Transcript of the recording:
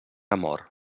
amor